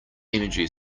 energy